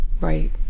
Right